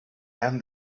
and